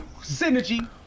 Synergy